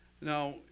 Now